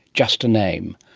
just a name,